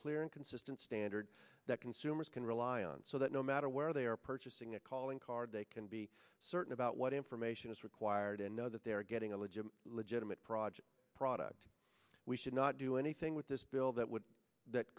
clear and consistent standard that consumers can rely on so that no matter where they are purchasing a calling card they can be certain about what information is required to know that they are getting a legit legitimate project product we should not do anything with this bill that would that